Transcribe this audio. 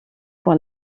pour